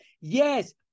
Yes